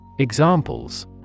Examples